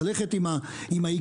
ללכת עם ההיגיון.